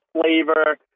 flavor